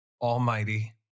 almighty